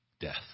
death